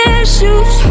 issues